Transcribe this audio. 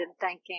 thanking